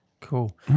cool